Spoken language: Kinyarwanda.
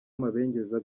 amabengeza